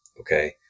Okay